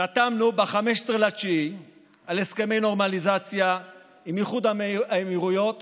חתמנו ב-15 בספטמבר על הסכמי נורמליזציה עם איחוד האמירויות